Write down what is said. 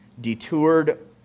detoured